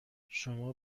شما